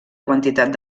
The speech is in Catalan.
quantitat